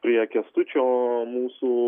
prie kęstučio mūsų